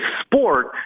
sport